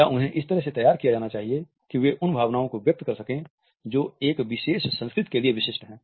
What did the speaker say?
या उन्हें इस तरह से तैयार किया जाना चाहिए कि वे उन भावनाओं को व्यक्त कर सके जो एक विशेष संस्कृति के लिए विशिष्ट हैं